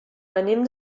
venim